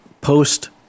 post